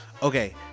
Okay